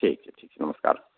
ठीक छै नमस्कार